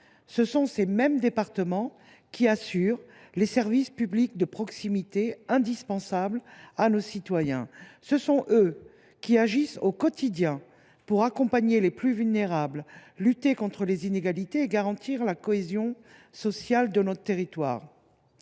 ce sont ces mêmes départements qui assurent les services publics de proximité indispensables à nos concitoyens. Ce sont eux qui agissent au quotidien pour accompagner les plus vulnérables, lutter contre les inégalités et garantir la cohésion sociale de notre territoire.